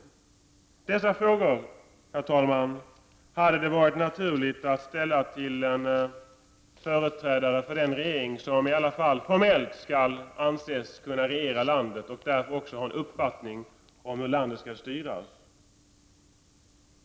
Denna fråga hade det varit naturligt att ställa till en företrädare för den regering som i alla fall formellt skall anses kunna regera landet och därför också ha en uppfattning om hur landet skall styras.